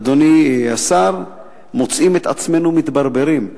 אדוני השר, מוצאים את עצמנו מתברברים.